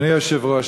אדוני היושב-ראש,